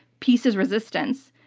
peace is resistance.